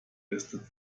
beste